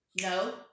No